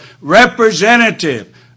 representative